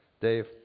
Dave